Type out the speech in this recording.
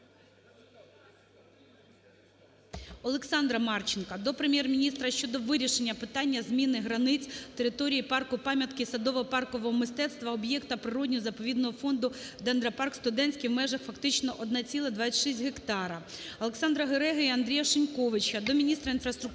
Олександра Марченка до Прем'єр-міністра щодо вирішення питання зміни границь території парку-пам'ятки садово-паркового мистецтва, об'єкта природно-заповідного фонду Дендропарк "Студентський" в межах фактично 1,26 га. Олександра Гереги та Андрія Шиньковича до міністра інфраструктури